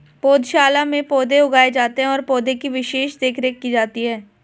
पौधशाला में पौधे उगाए जाते हैं और पौधे की विशेष देखरेख की जाती है